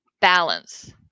balance